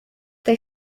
they